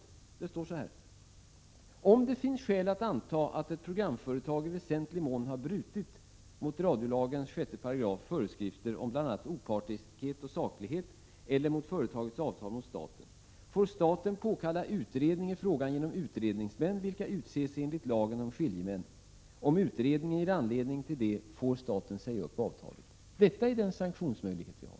I avtalet står det: ”Om det finns skäl att anta att ett programföretag i väsentlig mån har brutit mot 6 § radiolagens föreskrifter om bl.a. opartiskhet och saklighet eller mot företagets avtal med staten, får staten påkalla utredning i frågan genom utredningsmän, vilka utses enligt lagen om skiljemän. Om utredningen ger anledning till det får staten säga upp avtalet.” Detta är den sanktionsmöjlighet vi har.